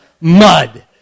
Mud